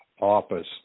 office